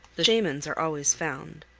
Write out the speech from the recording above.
the shamans are always found.